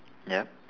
ya